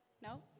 No